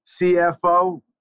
CFO